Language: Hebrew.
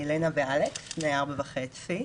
אלנה ואלכס בני 4.5,